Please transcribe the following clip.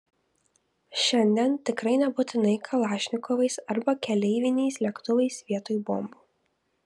šiandien tikrai nebūtinai kalašnikovais arba keleiviniais lėktuvais vietoj bombų